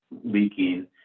leaking